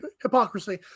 hypocrisy